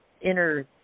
inner